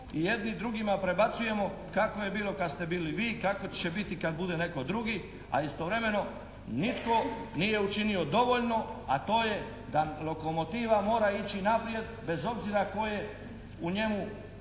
i jedni drugima predbacujemo kako je bilo kad ste bili vi, kako će biti kad bude netko drugi, a istovremeno nitko nije učinio dovoljno, a to je da lokomotiva mora ići naprijed bez obzira tko je u njemu za